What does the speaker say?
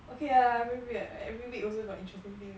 okay lah a bit weird every week also got interesting thing